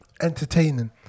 entertaining